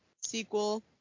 sequel